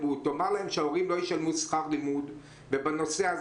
תאמר להם שההורים לא ישלמו שכר לימוד ובנושא הזה